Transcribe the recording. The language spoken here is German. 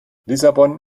lissabon